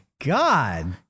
god